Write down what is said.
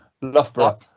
Loughborough